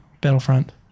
battlefront